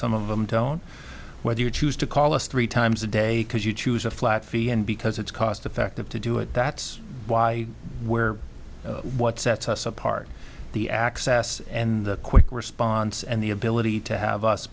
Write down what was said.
some of them tone whether you choose to call us three times a day because you choose a flat fee and because it's cost effective to do it that's why where what sets us apart the access and quick response and the ability to have us